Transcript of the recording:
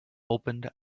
opened